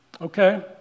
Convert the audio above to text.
Okay